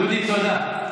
דודי, תודה.